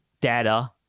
data